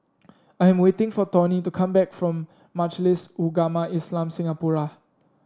I'm waiting for Tawny to come back from Majlis Ugama Islam Singapura